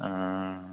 हँ